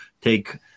take